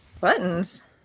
buttons